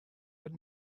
but